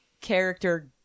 character